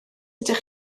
ydych